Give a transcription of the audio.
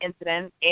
incident